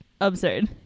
Absurd